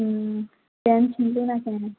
ହୁଁ ପାନ କ'ଣ